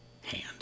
hand